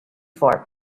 for